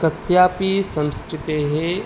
कस्यापि संस्कृतेः